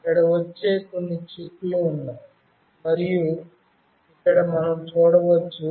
ఇక్కడ వచ్చే కొన్ని చిక్కులు ఉన్నాయి మరియు ఇక్కడ మనం చూడవచ్చు